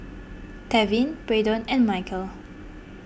Tevin Braedon and Michel